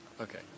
Okay